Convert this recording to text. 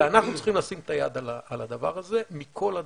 ואנחנו צריכים לשים את היד על הדבר הזה מכל הדברים.